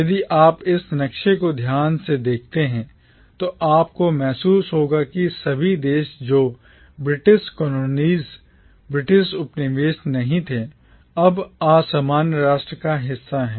यदि आप इस नक्शे को ध्यान से देखेंगे तो आपको महसूस होगा कि सभी देश जो British colonies ब्रिटिश उपनिवेश नहीं थे अब सामान्य राष्ट्र का हिस्सा हैं